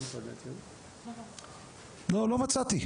לא מצאתי.